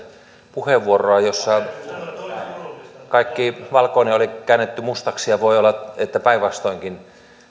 puheenvuoroa jossa kaikki valkoinen oli käännetty mustaksi ja voi olla että päinvastoinkin